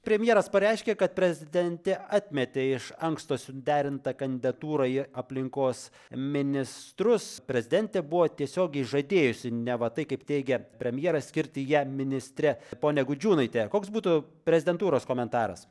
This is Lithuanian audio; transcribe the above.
premjeras pareiškė kad prezidentė atmetė iš anksto suderintą kandidatūrą į aplinkos ministrus prezidentė buvo tiesiogiai žadėjusi neva tai kaip teigia premjeras skirti ją ministre ponią gudžiūnaitę koks būtų prezidentūros komentaras